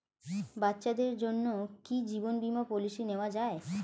বাচ্চাদের জন্য কি জীবন বীমা পলিসি নেওয়া যায়?